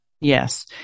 Yes